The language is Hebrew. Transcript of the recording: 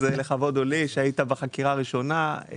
לכבוד הוא לי שהיית בחקירה הראשונה.